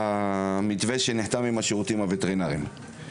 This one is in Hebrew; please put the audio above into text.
למתווה שנחתם עם השירותים הווטרינריים.